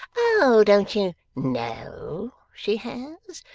oh! don't you know she has?